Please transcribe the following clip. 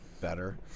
better